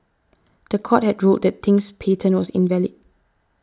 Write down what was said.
the court had ruled that Ting's patent was invalid